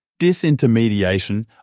Disintermediation